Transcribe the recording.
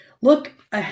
look